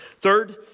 Third